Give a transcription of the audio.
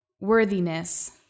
worthiness